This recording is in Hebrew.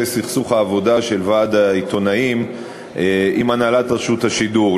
סכסוך העבודה של ועד העיתונאים עם הנהלת רשות השידור.